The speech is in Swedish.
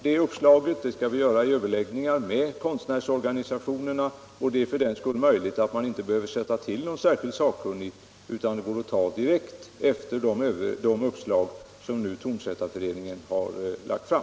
Det uppslaget skall vi pröva i överläggningar med konstnärsorganisationerna, och det är därför möjligt att man inte behöver sätta till någon särskild sakkunnig utan att det går att vidta åtgärder direkt, efter de uppslag som Tonsättareföreningen har lagt fram.